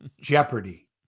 Jeopardy